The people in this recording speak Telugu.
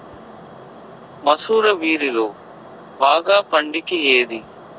మసూర వరిలో బాగా పండేకి ఏది?